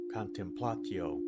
contemplatio